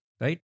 right